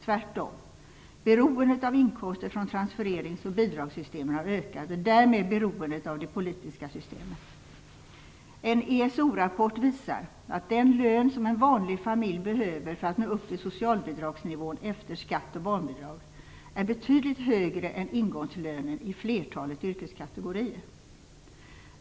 Tvärtom, beroendet av inkomster från transfererings och bidragssystemen har ökat och därmed beroendet av det politiska systemet. En ESO-rapport visar att den lön som en vanlig familj behöver för att nå upp till socialbidragsnivån efter skatt och barnbidrag är betydligt högre än ingångslönen i flertalet yrkeskategorier.